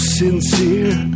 sincere